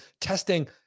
testing